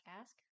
ask